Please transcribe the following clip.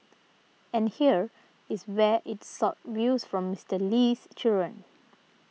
and here is where it sought views from Mister Lee's children